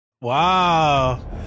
Wow